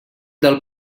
del